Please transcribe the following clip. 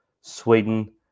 Sweden